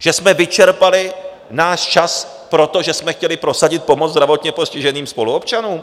Že jsme vyčerpali náš čas proto, že jsme chtěli prosadit pomoc zdravotně postiženým spoluobčanům.